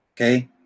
okay